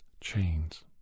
Chains